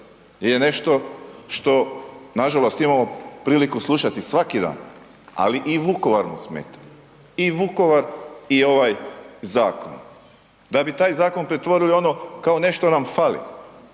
je nešto što nažalost imamo priliku slušati svaki dan, ali i Vukovar mu smeta i Vukovar i ovaj zakon da bi taj zakon pretvorili u ono kao nešto nam fali.